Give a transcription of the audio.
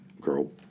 girl